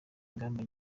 ingamba